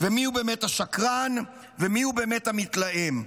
ומיהו באמת השקרן ומיהו באמת המתלהם,